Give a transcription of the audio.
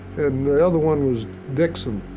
and the other one was dixon.